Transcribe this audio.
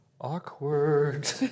awkward